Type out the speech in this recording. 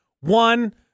One-